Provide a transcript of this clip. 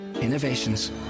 innovations